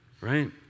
right